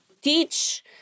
teach